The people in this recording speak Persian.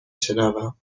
شنوم